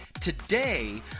Today